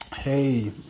Hey